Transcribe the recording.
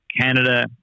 Canada